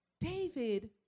David